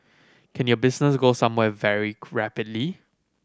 can your business go somewhere very rapidly